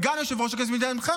סגן יושב-ראש הכנסת מטעמכם,